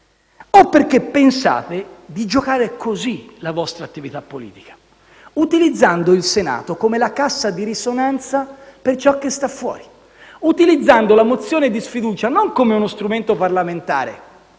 o perché pensate di giocare così la vostra attività politica, utilizzando il Senato come la cassa di risonanza per ciò che sta fuori, utilizzando la mozione di sfiducia, non come uno strumento parlamentare,